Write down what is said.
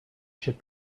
should